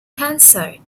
canceled